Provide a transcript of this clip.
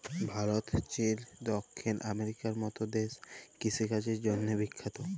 Bharat, Chile, দখ্খিল আমেরিকার মত দ্যাশ কিষিকাজের জ্যনহে বিখ্যাত